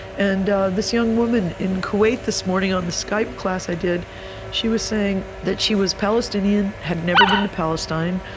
and this young woman in kuwait, this morning, on the skype class i did she was saying that she was palestinian had never been to palestine.